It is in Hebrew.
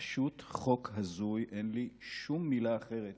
פשוט חוק הזוי, אין לי שום מילה אחרת